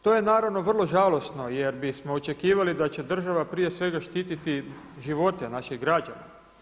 To je naravno vrlo žalosno jer bismo očekivali da će država prije svega štititi živote naših građana.